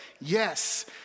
yes